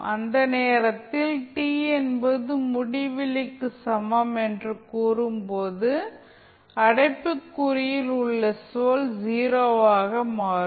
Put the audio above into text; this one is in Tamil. அந்த நேரத்தில் t என்பது முடிவிலிக்கு சமம் என்று கூறும்போது அடைப்புக்குறியில் உள்ள சொல் 0 ஆக மாறும்